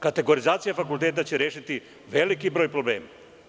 Kategorizacija fakulteta će rešiti veliki broj problema.